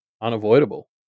unavoidable